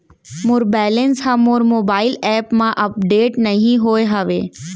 मोर balance हा मोर mobile app मा अपडेट नहीं होय हवे